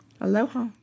Aloha